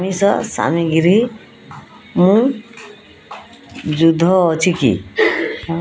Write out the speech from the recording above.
ଆମିଷ ସାମଗ୍ରୀ ମୁହଜୁଦ ଅଛି କି